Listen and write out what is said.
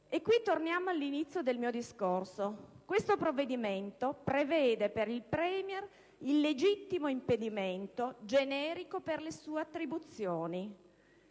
E qui torniamo all'inizio del mio discorso. Il provvedimento in esame prevede per il *Premier* il legittimo impedimento generico per le sue attribuzioni,